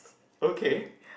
okay